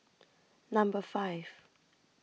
Number five